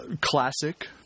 classic